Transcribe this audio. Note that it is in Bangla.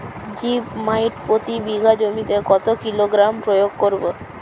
জিপ মাইট প্রতি বিঘা জমিতে কত কিলোগ্রাম প্রয়োগ করব?